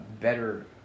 better